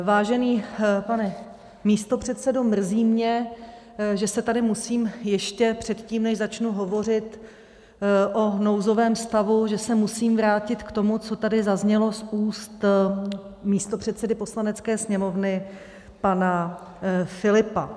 Vážený pane místopředsedo, mrzí mě, že se tady musím ještě předtím, než začnu hovořit o nouzovém stavu, vrátit k tomu, co tady zaznělo z úst místopředsedy Poslanecké sněmovny pana Filipa.